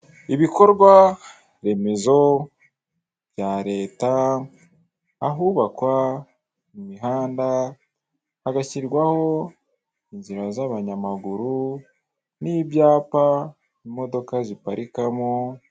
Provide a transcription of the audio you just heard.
Ibikorwaremezo bya leta ahubakwa mu mihanda hagashyirwaho inzira z'abanyamaguru n'ibyapa imodoka ziparikamo.